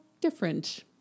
different